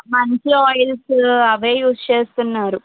మంచి ఆయిల్స్ అవే యూజ్ చేస్తున్నారు